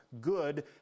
good